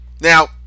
Now